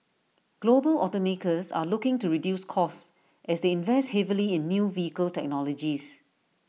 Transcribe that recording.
global automakers are looking to reduce costs as they invest heavily in new vehicle technologies